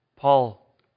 Paul